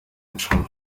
icumi